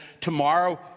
tomorrow